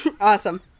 Awesome